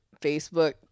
facebook